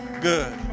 good